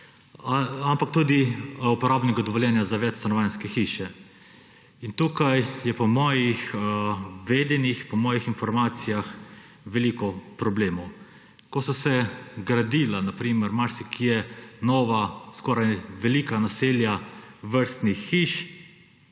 ampak tudi uporabnega dovoljenja za večstanovanjske hiše. In tukaj je po mojih vedenjih, po mojih informacijah veliko problemov. Ko so se gradila na primer marsikje nova velika naselja vrstnih hiš,